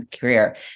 career